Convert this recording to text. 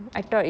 oh